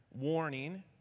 warning